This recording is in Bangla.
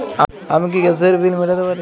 আমি কি গ্যাসের বিল মেটাতে পারি?